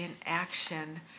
inaction